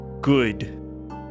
good